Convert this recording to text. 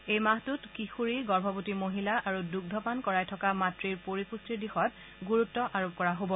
এই মাহটোত কিশোৰী গৰ্ভৱতী মহিলা আৰু দুঙ্ধপান কৰাই থকা মাত়ৰ পৰিপুষ্টিৰ ওপৰত গুৰুত্ব আৰোপ কৰা হ'ব